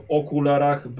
okularach